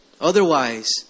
Otherwise